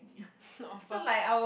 offer